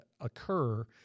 occur